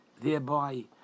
thereby